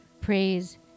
praise